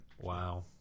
Wow